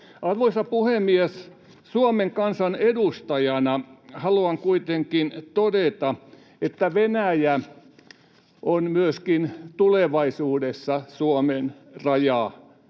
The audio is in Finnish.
Arvoisa puhemies! Suomen kansan edustajana haluan kuitenkin todeta, että Venäjä on myöskin tulevaisuudessa Suomen rajanaapuri.